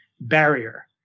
barrier